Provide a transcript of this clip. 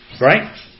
Right